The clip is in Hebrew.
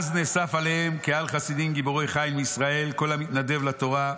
"אז נאסף אליהם קהל חסידים גיבורי חיל מישראל כל המתנדב לתורה.